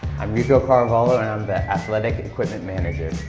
i'm rico caravalho, and i'm the athletic equipment manager.